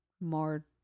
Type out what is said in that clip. more